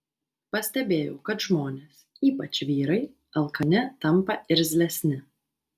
pastebėjau kad žmonės ypač vyrai alkani tampa irzlesni